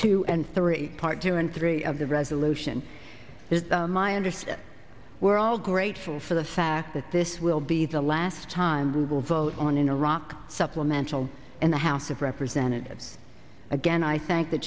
two and three part two and three of the resolution is my understand we're all grateful for the fact that this will be the last time we will vote on in iraq supplemental in the house of representatives again i thank the